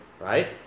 right